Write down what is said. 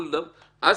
אז